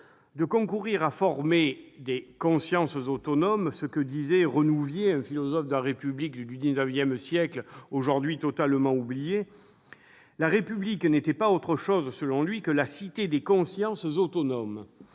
de concourir à former des « consciences autonomes ». Ainsi, selon Charles Renouvier, philosophe de la République du XIX siècle, aujourd'hui totalement oublié, « la République n'était pas autre chose que la cité des consciences autonomes »,